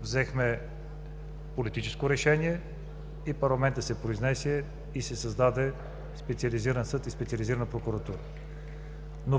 взехме политическо решение, парламентът се произнесе и се създадоха Специализиран съд и Специализирана прокуратура.